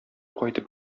кайтып